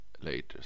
later